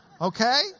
Okay